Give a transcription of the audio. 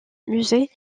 musée